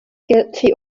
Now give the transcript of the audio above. guilty